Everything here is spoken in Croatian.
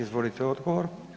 Izvolite odgovor.